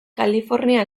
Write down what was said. kalifornia